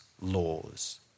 laws